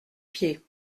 pied